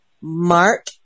Mark